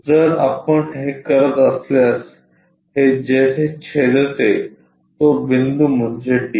जर आपण हे करत असल्यास हे जेथे छेदते तो बिंदू म्हणजे d